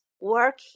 work